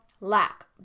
lack